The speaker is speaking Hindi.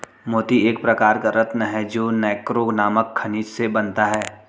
मोती एक प्रकार का रत्न है जो नैक्रे नामक खनिज से बनता है